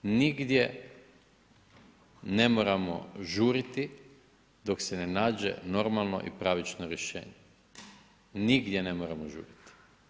Nigdje ne moramo žuriti dok se ne nađe normalno i pravično rješenje, nigdje ne moramo žuriti.